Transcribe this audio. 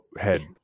head